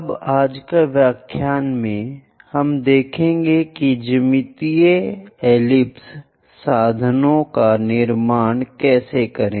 अब आज के व्याख्यान में हम देखेंगे कि ज्यामितीय एलिप्स साधनों का निर्माण कैसे करें